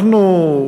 אנחנו,